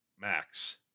max